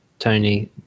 tony